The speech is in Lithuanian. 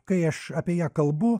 kai aš apie ją kalbu